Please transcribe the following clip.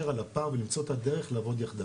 על הפער ולמצוא את הדרך לעבוד יחדיו,